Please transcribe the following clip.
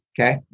Okay